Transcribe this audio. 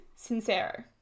Sincero